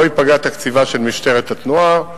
לא ייפגע תקציבה של משטרת התנועה.